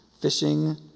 fishing